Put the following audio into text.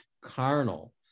carnal